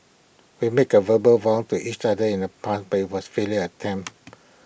we make A verbal vows to each other in the past but IT was A futile attempt